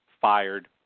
fired